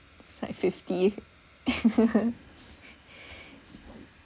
five fifty